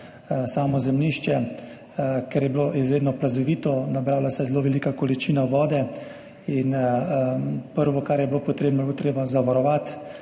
samo zemljišče, ker je bilo izredno plazovito, nabrala se je zelo velika količina vode in prvo, kar je bilo treba zavarovati,